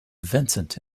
vincent